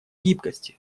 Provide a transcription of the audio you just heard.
гибкости